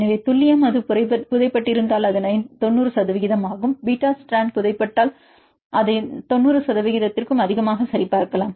எனவே துல்லியம் அது புதைபட்டிருந்தால் அது 90 சதவிகிதம் ஆகும் பீட்டா ஸ்ட்ராண்ட் புதைபட்டால் கூட அதை 90 சதவிகிதத்திற்கும் அதிகமாக சரிபார்க்கலாம்